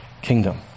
kingdom